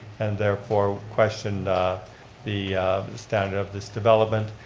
and therefore questioned the standard of this development.